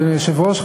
אדוני היושב-ראש,